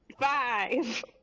Five